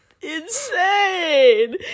Insane